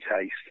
taste